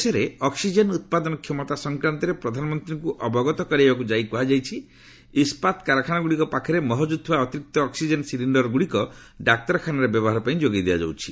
ଦେଶରେ ଅକ୍ଟିଜେନ୍ ଉତ୍ପାଦନ କ୍ଷମତା ସଂକ୍ରାନ୍ତରେ ପ୍ରଧାନମନ୍ତ୍ରୀଙ୍କୁ ଅବଗତ କରାଇବାକୁ ଯାଇ କୁହାଯାଇଛି ଇସ୍କାତ୍ କାରଖାନାଗୁଡ଼ିକ ପାଖରେ ମହଜୁଦ ଥିବା ଅତିରିକ୍ତ ଅକ୍ସିଜେନ୍ ସିଲିଣ୍ଡରଗୁଡ଼ିକ ଡାକ୍ତରଖାନାରେ ବ୍ୟବହାର ପାଇଁ ଯୋଗାଇ ଦିଆଯାଉଛି